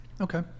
Okay